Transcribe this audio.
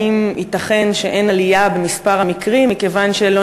האם ייתכן שאין עלייה במספר המקרים מכיוון שלא